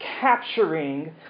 capturing